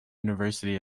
university